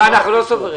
לא, אנחנו לא סוברניים.